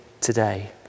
today